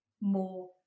more